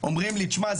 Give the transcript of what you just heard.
אומרים לי 'תשמע,